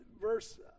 verse